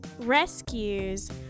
rescues